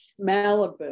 Malibu